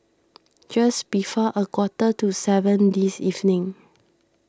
just before a quarter to seven this evening